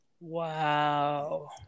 wow